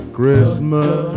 Christmas